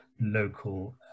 local